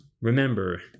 Remember